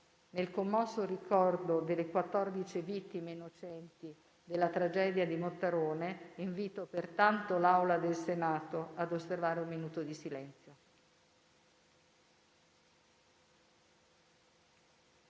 In commosso ricordo delle 14 vittime innocenti della tragedia di Mottarone, invito pertanto l'Aula del Senato ad osservare un minuto di silenzio.